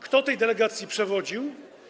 Kto tej delegacji przewodził?